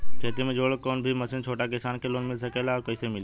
खेती से जुड़ल कौन भी मशीन छोटा किसान के लोन मिल सकेला और कइसे मिली?